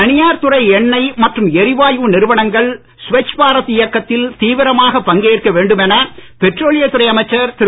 தனியார் துறை எண்ணெய் மற்றும் எரிவாயு நிறுவனங்கள் ஸ்வச் பாரத் இயக்கத்தில் தீவிரமாக பங்கேற்க வேண்டும் என பெட்ரோலியத் துறை அமைச்சர் திரு